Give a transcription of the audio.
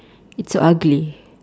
it's so ugly